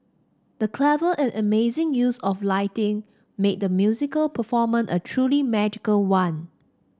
the clever and amazing use of lighting made the musical performan a truly magical one